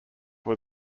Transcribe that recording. were